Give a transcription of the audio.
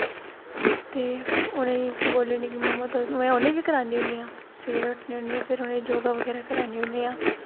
ते उ'नें ई बोलनी कि मम्मा तुस आं में उ'नें बी करानी होनी आं सबैह्रे उट्ठनी होनी आं फिर उ'नें गी बी योगा बगैरा करानी होनी आं